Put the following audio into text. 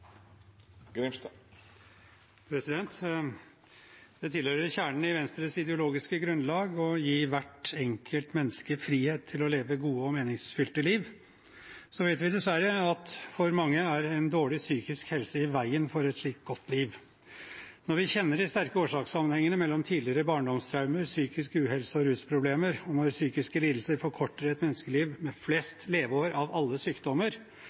Det tilhører kjernen i Venstres ideologiske grunnlag å gi hvert enkelt menneske frihet til å leve gode og meningsfylte liv. Så vet vi, dessverre, at for mange er en dårlig psykisk helse i veien for et slikt godt liv. Når vi kjenner de sterke årsakssammenhengene mellom tidligere barndomstraumer, psykisk uhelse og rusproblemer, og når psykiske lidelser forkorter et menneskeliv med flest leveår av alle sykdommer,